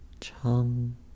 Chum